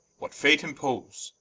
what fates impose,